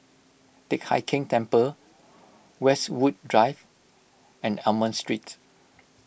Teck Hai Keng Temple Westwood Drive and Almond Street